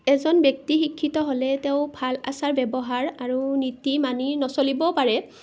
এজন ব্যক্তি শিক্ষিত হ'লে তেওঁ ভাল আচাৰ ব্যৱহাৰ আৰু নীতি মানি নচলিবও পাৰে